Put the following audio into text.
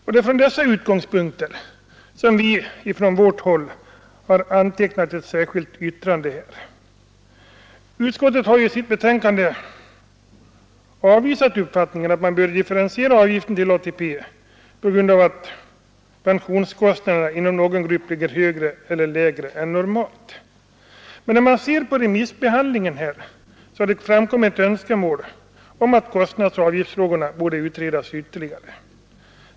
Det är från dessa utgångspunkter som vi på vårt håll har antecknat ett särskilt yttrande till utskottets betänkande. Utskottet har avvisat uppfattningen att man bör differentiera avgiften till ATP på grund av att pensionskostnaderna inom någon grupp ligger högre eller lägre än normalt. Under remissbehandlingen har det emellertid framkommit önskemål om att kostnadsoch avgiftsfrågorna skall utredas ytterligare.